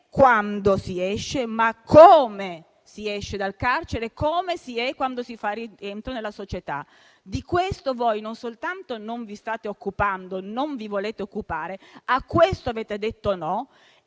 quando si esce, ma come si esce dal carcere e come si è quando si fa rientro nella società. Di questo voi non soltanto non vi state occupando e non vi volete occupare, ma a questo avete detto no